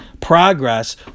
progress